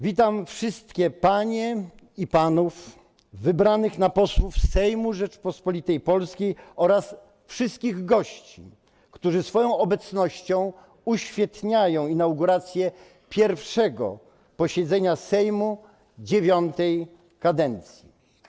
Witam wszystkie panie i panów wybranych na posłów Sejmu Rzeczypospolitej Polskiej oraz wszystkich gości, którzy swoją obecnością uświetniają inaugurację 1. posiedzenia Sejmu IX kadencji.